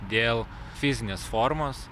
dėl fizinės formos